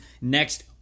Next